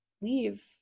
leave